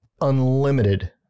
Unlimited